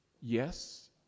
yes